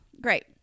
Great